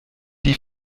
die